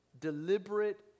deliberate